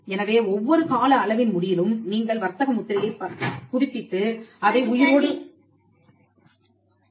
எனவே ஒவ்வொரு கால அளவின் முடிவிலும் நீங்கள் வர்த்தக முத்திரையைப் புதிப்பித்து அதை உயிரோடு வைத்திருக்க இயலும்